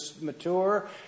mature